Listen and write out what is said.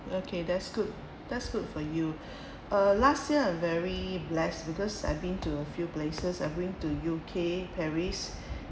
okay that's good that's good for you uh last year I'm very blessed because I've been to a few places I went to U_K paris